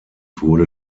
wurde